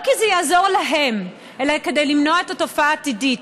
לא כי זה יעזור להן אלא כדי למנוע את התופעה העתידית.